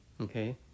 Okay